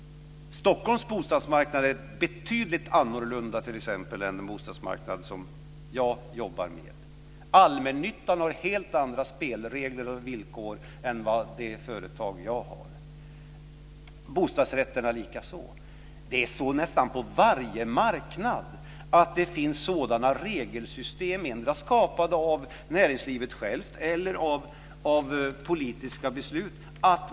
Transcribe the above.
Stockholms bostadsmarknad är t.ex. helt annorlunda än den bostadsmarknad som jag jobbar med. Allmännyttan har helt andra spelregler och villkor än det företag jag har, bostadsrätterna likaså. Det finns sådana regelsystem på nästan varje marknad, endera skapade av näringslivet självt eller av politiska beslut.